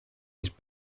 his